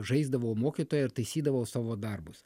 žaisdavau mokytoją ir taisydavau savo darbus